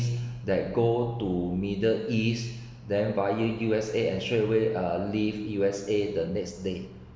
that go to middle east then via U_S_A and straight away uh leave U_S_A the next day